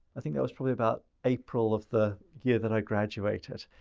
i think that was probably about april of the year that i graduated.